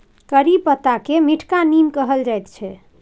करी पत्ताकेँ मीठका नीम कहल जाइत छै